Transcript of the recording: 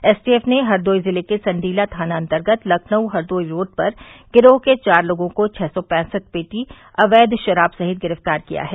STF ने हरदोई ज़िले के संडीला थानान्तर्गत लखनऊ हरदोई रोड पर गिरोह के चार लोगों को छह सौ पैसठ पेटी अवैध शराब सहित गिरफ़्तार किया है